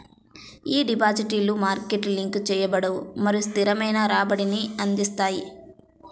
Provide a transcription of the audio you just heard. ఈ డిపాజిట్లు market link చేయబడవు మరియు స్థిరమైన రాబడిని అందిస్తాయి